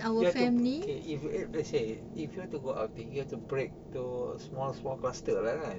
you have to K if eight let's say if you want to go outing you have to break to small small cluster lah right